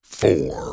four